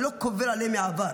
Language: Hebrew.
אני לא קובל עליהם מהעבר,